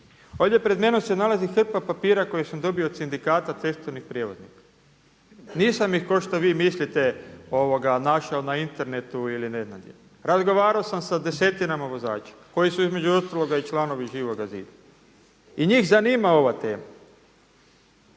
Ovdje pred menom se nalazi hrpa papira koje sam dobio od sindikata cestovnih prijevoznika. Nisam ih kao što vi mislite našao na internetu ili ne znam gdje, razgovarao sam sa desetinama vozača koji su između ostaloga i članovi Živog zida i njih zanima ova tema